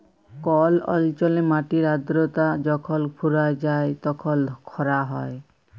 call অল্চলে মাটির আদ্রতা যখল ফুরাঁয় যায় তখল খরা হ্যয়